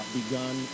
begun